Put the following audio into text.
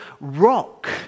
rock